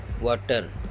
water